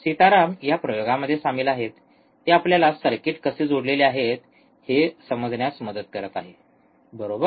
सीताराम या प्रयोगामध्ये सामील आहेत ते आपल्याला सर्किट कसे जोडलेले आहेत हे समजण्यास मदत करत आहेत बरोबर